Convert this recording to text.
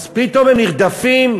אז פתאום הם נרדפים?